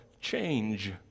Change